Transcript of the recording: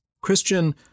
Christian